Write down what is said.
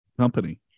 Company